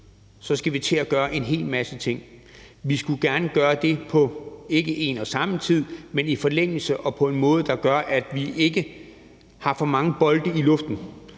skal vi til at gøre en hel masse ting. Vi skulle gerne gøre det ikke på en og samme tid, men i forlængelse af hinanden og på en måde, der gør, at vi ikke har for mange bolde i luften.